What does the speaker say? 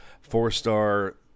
Four-star